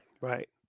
Right